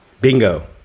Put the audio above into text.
Bingo